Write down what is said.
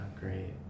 great